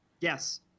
Yes